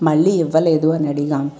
మళ్ళీ ఇవ్వలేదు అని అడిగాం